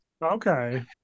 Okay